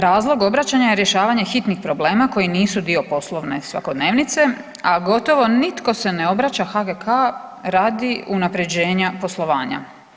Razlog obraćanja je rješavanje hitnih problema koji nisu dio poslovne svakodnevnice, a gotovo nitko se ne obraća HGK radi unapređenja poslovanja.